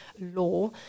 law